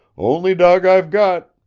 only dawg i've got.